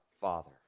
Father